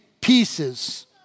pieces